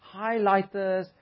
Highlighters